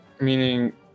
Meaning